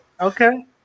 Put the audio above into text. Okay